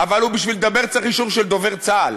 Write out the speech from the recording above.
אבל בשביל לדבר צריך אישור של דובר צה"ל,